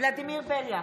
ולדימיר בליאק,